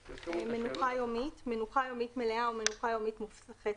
" "מנוחה יומית" מנוחה יומית מלאה או מנוחה יומית מופחתת,